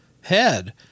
head